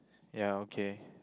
ya okay